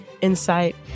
insight